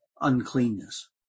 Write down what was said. uncleanness